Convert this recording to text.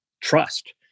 trust